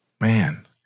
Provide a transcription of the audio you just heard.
Man